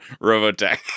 Robotech